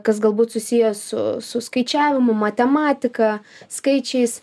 kas galbūt susiję su su skaičiavimu matematika skaičiais